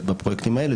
בפרויקטים האלה.